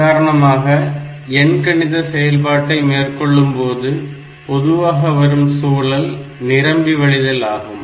உதாரணமாக எண்கணித செயல்பாட்டை மேற்கொள்ளும்போது பொதுவாக வரும் சூழல் நிரம்பி வழிதல் ஆகும்